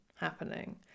happening